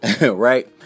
right